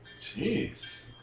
Jeez